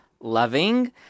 loving